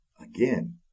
Again